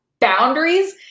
boundaries